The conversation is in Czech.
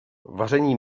vaření